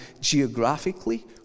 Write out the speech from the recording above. geographically